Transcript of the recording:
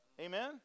Amen